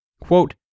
Quote